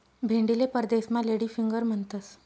भेंडीले परदेसमा lady finger म्हणतंस